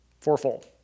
Fourfold